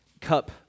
cup